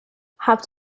habt